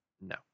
no